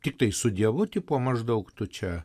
tiktai su dievu tipo maždaug tu čia